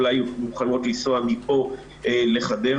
אולי מוכנות לנסוע מפה לחדרה,